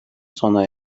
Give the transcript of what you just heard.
sona